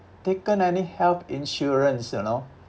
taken any health insurance you know